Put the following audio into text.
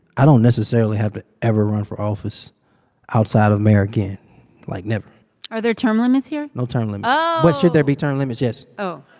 i don't necessarily have to ever run for office outside of mayor again like never are there term limits here? no term limit oh but should there be term limits? yes oh